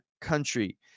country